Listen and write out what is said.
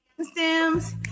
stems